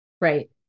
Right